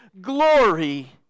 glory